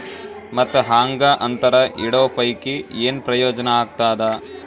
ಮತ್ತ್ ಹಾಂಗಾ ಅಂತರ ಇಡೋ ಪೈಕಿ, ಏನ್ ಪ್ರಯೋಜನ ಆಗ್ತಾದ?